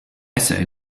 say